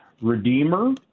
Redeemer